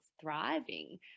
thriving